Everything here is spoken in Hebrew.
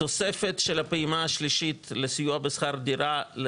תוספת של הפעימה השלישית לסיוע בשכר הדירה,